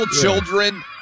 children